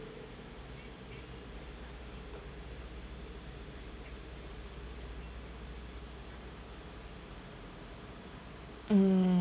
mm